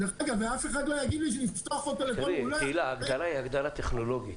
תהלה, ההגדרה היא טכנולוגית.